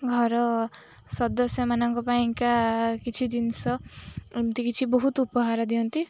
ଘର ସଦସ୍ୟମାନଙ୍କ ପାଇଁକା କିଛି ଜିନିଷ ଏମିତି କିଛି ବହୁତ ଉପହାର ଦିଅନ୍ତି